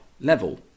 level